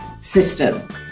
system